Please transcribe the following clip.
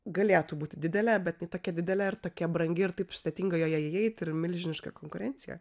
galėtų būti didelė bet ne tokia didele ar tokia brangi ir taip sudėtinga joje įeiti ir milžiniška konkurencija